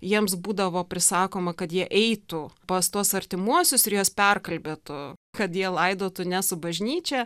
jiems būdavo prisakoma kad jie eitų pas tuos artimuosius ir juos perkalbėtų kad jie laidotų ne su bažnyčia